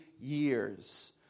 years